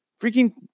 Freaking